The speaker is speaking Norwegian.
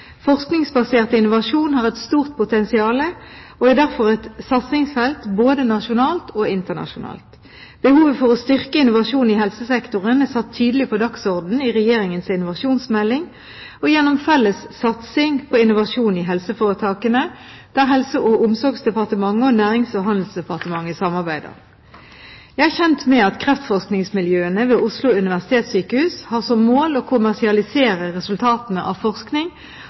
Forskningsbasert innovasjon har et stort potensial, og er derfor et satsingsfelt både nasjonalt og internasjonalt. Behovet for å styrke innovasjon i helsesektoren er satt tydelig på dagsordenen i Regjeringens innovasjonsmelding og gjennom felles satsing på innovasjon i helseforetakene, der Helse- og omsorgsdepartementet og Nærings- og handelsdepartementet samarbeider. Jeg er kjent med at kreftforskningsmiljøene ved Oslo universitetssykehus har som mål å kommersialisere resultatene av forskning